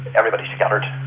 everybody scattered,